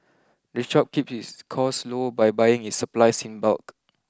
the shop keeps its costs low by buying its supplies in bulk